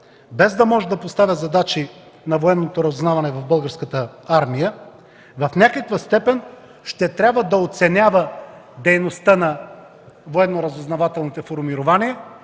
без да може да поставя задачи на военното разузнаване в Българската армия, в някаква степен ще трябва да оценява дейността на военноразузнавателните формирования